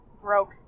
broke